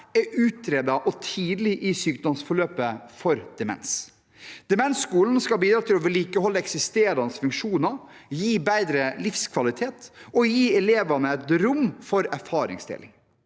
er utredet og tidlig i sykdomsforløpet for demens. Demensskolen skal bidra til å vedlikeholde eksisterende funksjoner, gi bedre livskvalitet og gi elevene et rom for erfaringsdeling.